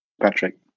Patrick